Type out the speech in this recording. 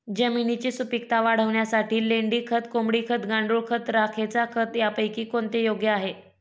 जमिनीची सुपिकता वाढवण्यासाठी लेंडी खत, कोंबडी खत, गांडूळ खत, राखेचे खत यापैकी कोणते योग्य आहे?